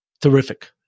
terrific